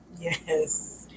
Yes